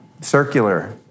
circular